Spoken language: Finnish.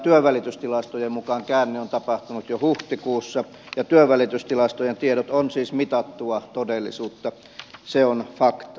työnvälitystilastojen mukaan käänne on tapahtunut jo huhtikuussa ja työnvälitystilastojen tiedot ovat siis mitattua todellisuutta se on faktaa